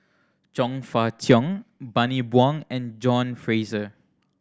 Chong Fah Cheong Bani Buang and John Fraser